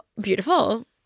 beautiful